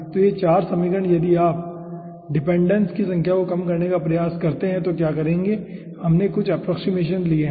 तो ये 4 समीकरण यदि आप डिपेंडेंस की संख्या को कम करने का प्रयास करते हैं तो क्या करेंगे हमने कुछ अप्प्रोक्सिमेशंस लिए हैं